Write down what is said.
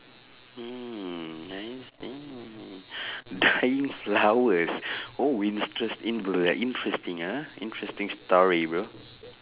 mm I see dying flowers oh like interesting ah interesting story bro